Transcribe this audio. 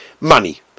Money